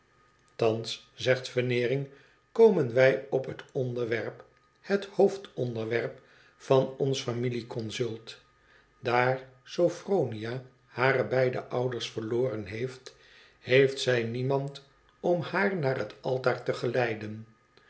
thans zegt veneering komen wij op het onderwerp het hoofdonderwerp van ons familie consult daar sophronia hare beide ouders verloren heeft heeft zij niemand om haar naar het altaar te geleiden